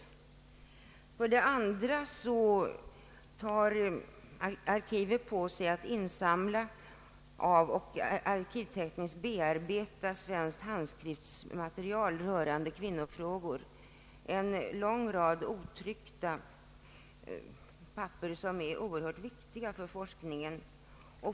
För det andra har arkivet tagit på sig uppgiften att insamla och arkivtekniskt bearbeta svenskt handskriftsmaterial rörande kvinnofrågor; en lång rad otryckta papper som är mycket viktiga för forskningen.